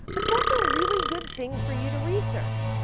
but that's a really good thing for you to research.